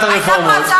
לוועדת הרפורמות.